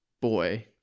boy